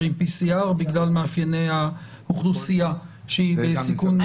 עם PCR בגלל מאפייני האוכלוסייה שהיא בסיכון גבוה.